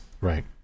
Right